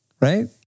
right